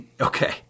Okay